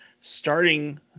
Starting